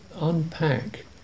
unpack